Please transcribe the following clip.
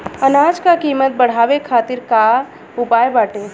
अनाज क कीमत बढ़ावे खातिर का उपाय बाटे?